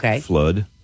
flood